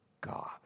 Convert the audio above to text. God